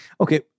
Okay